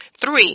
Three